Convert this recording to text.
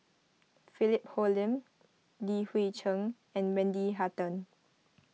Philip Hoalim Li Hui Cheng and Wendy Hutton